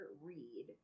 read